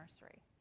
nursery